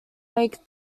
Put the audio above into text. make